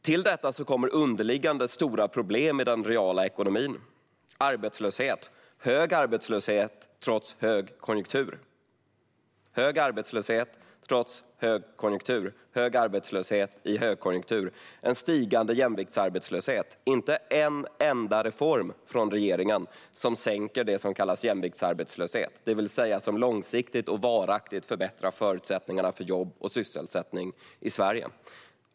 Till detta kommer underliggande stora problem i den reala ekonomin: hög arbetslöshet trots hög konjunktur och en stigande jämviktsarbetslöshet. Inte en enda reform från regeringen sänker det som kallas jämviktsarbetslöshet, det vill säga det som långsiktigt och varaktigt förbättrar förutsättningarna för jobb och sysselsättning i Sverige.